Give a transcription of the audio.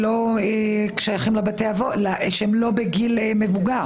אנחנו לא משחקים בנדמה לי.